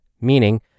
meaning